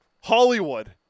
Hollywood